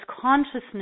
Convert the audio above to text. consciousness